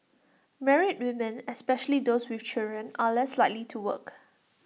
married women especially those with children are less likely to work